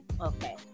okay